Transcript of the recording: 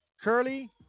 Curly